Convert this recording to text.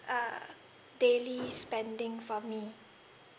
err daily spending for me